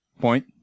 Point